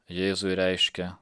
jėzui reiškia